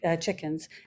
chickens